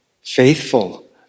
Faithful